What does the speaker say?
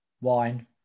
wine